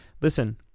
Listen